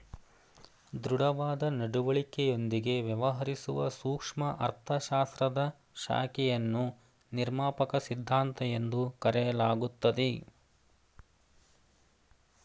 ದೃಢವಾದ ನಡವಳಿಕೆಯೊಂದಿಗೆ ವ್ಯವಹರಿಸುವ ಸೂಕ್ಷ್ಮ ಅರ್ಥಶಾಸ್ತ್ರದ ಶಾಖೆಯನ್ನು ನಿರ್ಮಾಪಕ ಸಿದ್ಧಾಂತ ಎಂದು ಕರೆಯಲಾಗುತ್ತದೆ